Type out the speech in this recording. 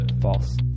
False